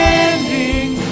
ending